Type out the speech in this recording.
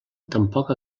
tampoc